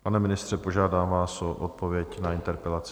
Pane ministře, požádám vás o odpověď na interpelaci.